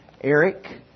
Eric